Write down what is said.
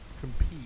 compete